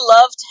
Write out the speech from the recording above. loved